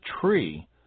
tree